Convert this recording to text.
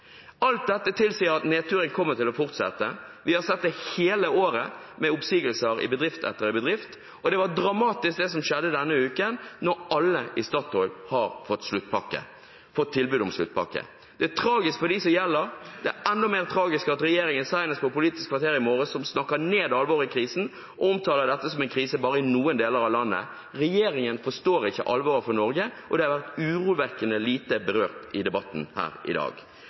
Alt dette tilsier at nedturen kommer til å fortsette. Vi har sett det hele året, med oppsigelser i bedrift etter bedrift, og det var dramatisk det som skjedde denne uken, da alle i Statoil fikk tilbud om sluttpakke. Det er tragisk for dem det gjelder. Det er enda mer tragisk at regjeringen senest på Politisk kvarter i morges snakket ned alvoret i krisen og omtaler dette som en krise bare i noen deler av landet. Regjeringen forstår ikke alvoret for Norge, og det har vært urovekkende lite berørt i debatten her i dag.